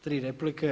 Tri replike.